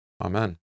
Amen